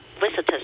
visitors